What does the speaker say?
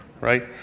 right